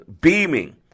beaming